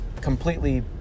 completely